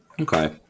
Okay